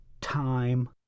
time